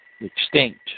extinct